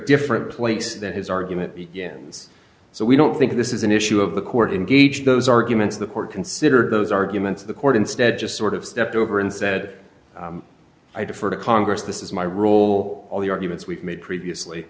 different place than his argument begins so we don't think this is an issue of the court engage those arguments the court consider those arguments the court instead just sort of stepped over and said i defer to congress this is my role all the arguments we've made previously